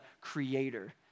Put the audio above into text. creator